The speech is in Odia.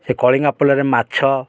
ସେ କଳିଙ୍ଗା ପୋଲରେ ମାଛ